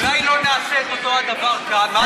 אולי לא נעשה את אותו הדבר כאן, מה את אומרת?